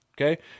Okay